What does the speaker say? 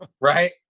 Right